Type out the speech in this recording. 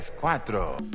...cuatro